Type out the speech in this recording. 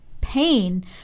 pain